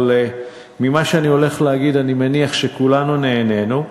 אבל אני מניח שכולנו נהנינו,